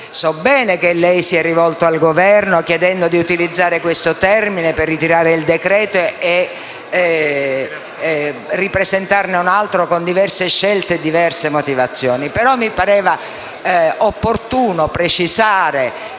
So bene che lei si è rivolto al Governo chiedendo di utilizzare quel termine per ritirare il decreto-legge e ripresentarne un altro con diverse scelte e motivazioni. Ad ogni modo, mi è parso opportuno precisare